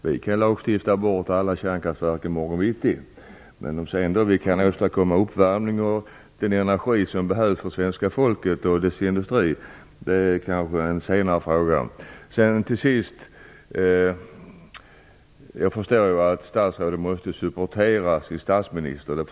Vi kan lagstifta bort alla kärnkraftverk i morgon bittida, men om vi sedan kan åstadkomma den energi för uppvärmning m.m. som vårt folk och vår industri behöver är en annan fråga. Till sist förstår också jag att statsrådet måste supportera sin statsminister.